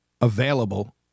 available